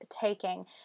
taking